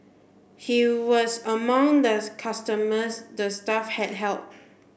he was among does customers the staff had helped